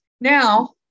Now